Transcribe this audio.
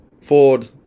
Ford